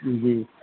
جی